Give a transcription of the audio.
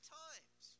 times